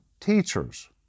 teachers